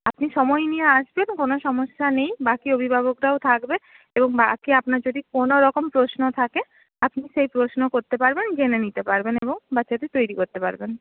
আপনি সময় নিয়ে আসবেন কোনো সমস্যা নেই বাকি অভিভাবকরাও থাকবে এবং বাকি আপনার যদি কোনো রকম প্রশ্ন থাকে আপনি সেই প্রশ্ন করতে পারবেন জেনে নিতে পারবেন এবং বাচ্চাকে তৈরি করতে পারবেন